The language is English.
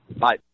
Bye